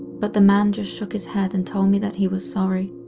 but the man just shook his head and told me that he was sorry.